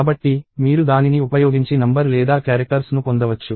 కాబట్టి మీరు దానిని ఉపయోగించి నంబర్స్లేదా క్యారెక్టర్స్ ను పొందవచ్చు